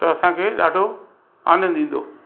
त असांखे ॾाढो आनंदु ईंदो